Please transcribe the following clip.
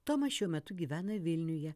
tomas šiuo metu gyvena vilniuje